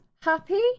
happy